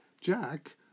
Jack